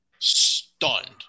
stunned